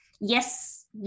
yes